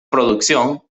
producción